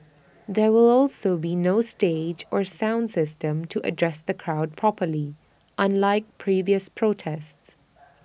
there will also be no stage or sound system to address the crowd properly unlike previous protests